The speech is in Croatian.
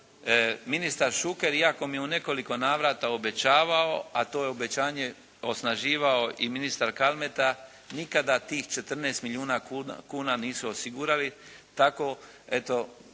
ministar Šuker iako mi je u nekoliko navrata obećavao, a to je obećanje osnaživao i ministar Kalmeta nikada tih 14 milijuna kuna nisu osigurali.